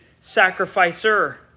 sacrificer